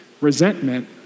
resentment